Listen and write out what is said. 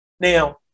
Now